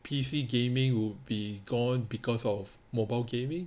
P_C gaming will be gone because of mobile gaming